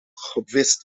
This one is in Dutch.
gewist